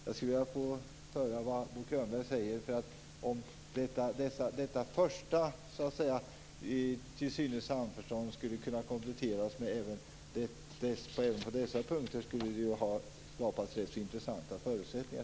Jag skulle gärna vilja höra om Bo Könberg anser att detta första samförstånd skulle kunna kompletteras med dessa punkter. Det skulle skapa intressanta förutsättningar.